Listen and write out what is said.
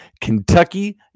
Kentucky